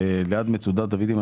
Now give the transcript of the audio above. היא ליד מצודת דוד.